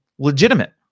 Legitimate